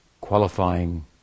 qualifying